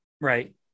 Right